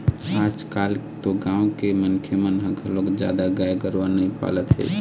आजकाल तो गाँव के मनखे मन ह घलोक जादा गाय गरूवा नइ पालत हे